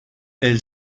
elle